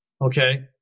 okay